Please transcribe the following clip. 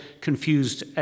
confused